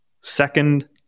Second